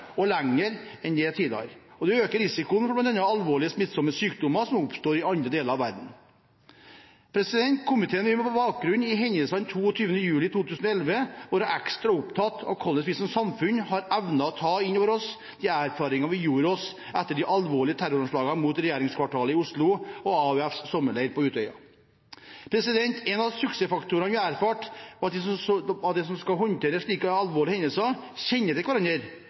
og lenger enn tidligere. Det øker risikoen for bl.a. alvorlige smittsomme sykdommer som oppstår i andre deler av verden. Komiteen vil på bakgrunn av hendelsene den 22. juli 2011 være ekstra opptatt av hvordan vi som samfunn har evnet å ta inn over oss de erfaringene vi gjorde oss etter de alvorlige terroranslagene mot regjeringskvartalet i Oslo og AUFs sommerleir på Utøya. En av suksessfaktorene vi erfarte, var at de som skal håndtere slike alvorlige hendelser, på forhånd kjenner til hverandre og hverandres ressurser, samt at de